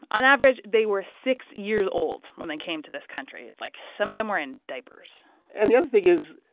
on average, they were six years old when they came to this country. like, some of them were in diapers and the other thing is,